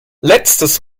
letztes